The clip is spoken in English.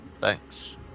Thanks